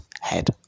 head